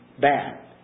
bad